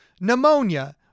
pneumonia